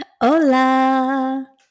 Hola